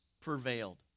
prevailed